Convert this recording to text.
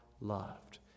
loved